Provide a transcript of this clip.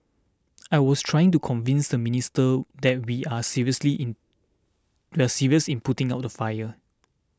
I was trying to convince the minister that we are seriously in we are serious in putting out the fire